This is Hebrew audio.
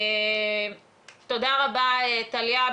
תודה רבה, טליה.